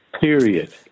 period